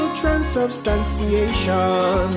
transubstantiation